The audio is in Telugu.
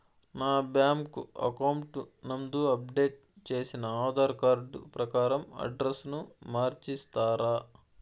నా బ్యాంకు అకౌంట్ నందు అప్డేట్ చేసిన ఆధార్ కార్డు ప్రకారం అడ్రస్ ను మార్చిస్తారా?